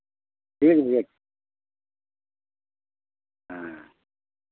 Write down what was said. ठीक है भैया हाँ